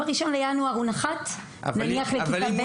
אם הוא נחת ב-1 בינואר ונכנס לכיתה ב'